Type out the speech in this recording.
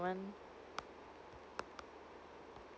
one